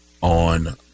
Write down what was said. on